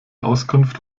auskunft